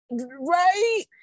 right